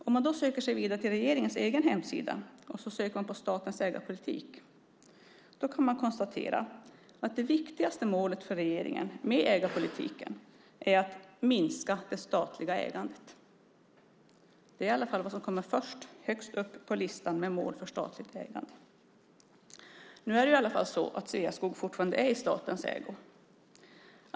Om man sedan söker sig vidare till regeringens egen hemsida och söker på statens ägarpolitik kan man konstatera att det viktigaste målet för regeringen med ägarpolitiken är att minska det statliga ägandet. Det är i alla fall det som står högst upp på listan med mål för statligt ägande. Men Sveaskog är fortfarande i statens ägo.